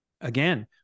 Again